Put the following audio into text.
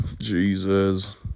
Jesus